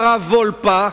הרב וולפא,